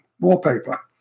wallpaper